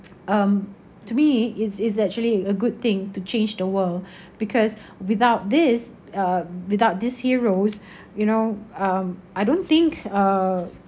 um to me is is actually a good thing to change the world because without these uh without these heroes you know um I don't think uh